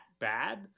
bad